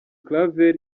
claver